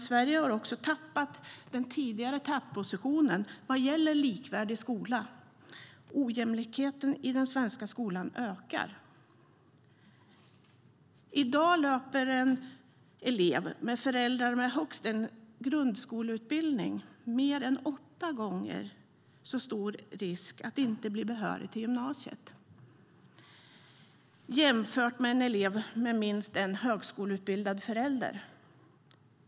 Sverige har också tappat den tidigare tätpositionen vad gäller en likvärdig skola - ojämlikheten i den svenska skolan ökar.I dag löper en elev med föräldrar med högst en grundskoleutbildning mer än åtta gånger så stor risk att inte blir behörig till gymnasiet jämfört med en elev med minst en högskoleutbildad förälder.